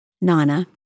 Nana